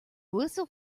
whistle